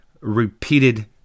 repeated